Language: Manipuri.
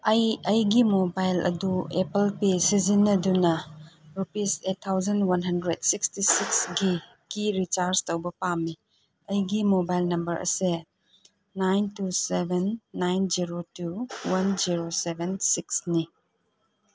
ꯑꯩ ꯑꯩꯒꯤ ꯃꯣꯕꯥꯏꯜ ꯑꯗꯨ ꯑꯦꯄꯜ ꯄꯦ ꯁꯤꯖꯤꯟꯅꯗꯨꯅ rupees eight thousand one hundred sixty ꯁꯤꯛꯁꯒꯤ ꯀꯤ ꯔꯤꯆꯥꯔꯖ ꯇꯧꯕ ꯄꯥꯝꯃꯤ ꯑꯩꯒꯤ ꯃꯣꯕꯥꯏꯜ ꯅꯝꯕꯔ ꯑꯁꯤ nine two seven nine zero two one zero seven ꯁꯤꯛꯁꯅꯤ